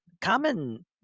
common